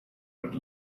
would